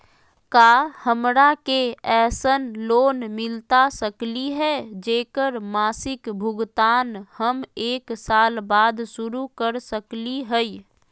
का हमरा के ऐसन लोन मिलता सकली है, जेकर मासिक भुगतान हम एक साल बाद शुरू कर सकली हई?